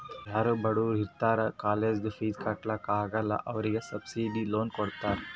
ಯಾರೂ ಬಡುರ್ ಇರ್ತಾರ ಕಾಲೇಜ್ದು ಫೀಸ್ ಕಟ್ಲಾಕ್ ಆಗಲ್ಲ ಅವ್ರಿಗೆ ಸಬ್ಸಿಡೈಸ್ಡ್ ಲೋನ್ ಕೊಡ್ತಾರ್